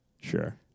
Sure